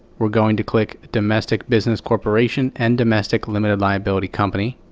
we're going to click domestic business corporation and domestic limited liability company,